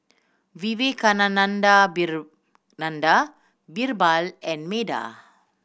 Vivekananda Birbal and Medha